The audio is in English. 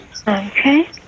Okay